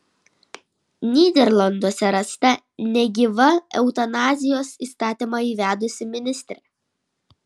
nyderlanduose rasta negyva eutanazijos įstatymą įvedusi ministrė